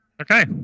Okay